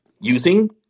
using